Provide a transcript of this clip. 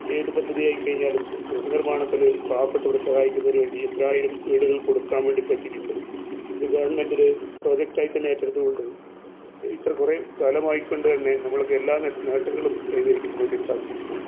ഏതു പദ്ധതിയായിക്കഴിഞ്ഞാലും ഗൃഹ നിർമ്മാണത്തില് പാവപ്പെട്ടവരെ സഹായിക്കുന്നതിന് വേണ്ടി എത്രായിരം വീടുകൾ കൊടുക്കാൻ വേണ്ടി പറ്റിയിട്ടുണ്ട് ഇത് ഗവണ്മെൻടിന് പ്രോജക്റ്റ് ആയി തന്നെ ഏറ്റെടുത്തുകൊണ്ട് ഇത്ര കുറെ കാലമായിക്കൊണ്ട് തന്നെ നമൾക്കെല്ലാ നേട്ടങ്ങളും കൈവരിക്കാൻ വേണ്ടി സാധിച്ചിട്ടുണ്ട്